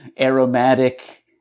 aromatic